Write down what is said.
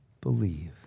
believe